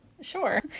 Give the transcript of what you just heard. Sure